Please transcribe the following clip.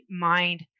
mind